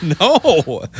No